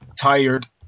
tired